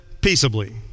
Peaceably